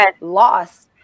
lost